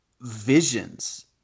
visions